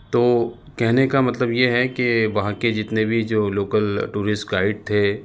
تو کہنے کا مطلب یہ ہے کہ وہاں کے جتنے بھی جو لوکل ٹورسٹ گائڈ تھے